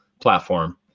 platform